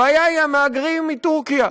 הבעיה היא המהגרים מטורקיה,